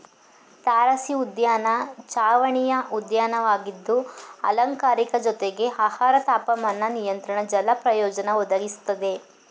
ತಾರಸಿಉದ್ಯಾನ ಚಾವಣಿಯ ಉದ್ಯಾನವಾಗಿದ್ದು ಅಲಂಕಾರಿಕ ಜೊತೆಗೆ ಆಹಾರ ತಾಪಮಾನ ನಿಯಂತ್ರಣ ಜಲ ಪ್ರಯೋಜನ ಒದಗಿಸ್ತದೆ